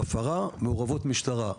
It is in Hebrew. בהפרה מעורבת משטרה.